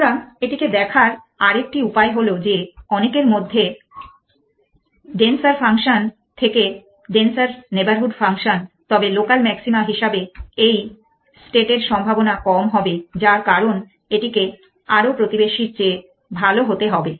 সুতরাং এটিকে দেখার আরেকটি উপায় হল যে অনেকের মধ্যে ডেন্সার ফাংশন থেকে ডেনসার নেইবরহুড ফাংশন তবে লোকাল ম্যাক্সিমা হিসাবে একটি স্টেটের সম্ভাবনা কম হয়ে যায় কারণ এটিকে আরও প্রতিবেশীর চেয়ে ভাল হতে হবে